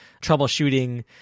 troubleshooting